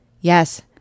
Yes